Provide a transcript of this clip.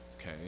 Okay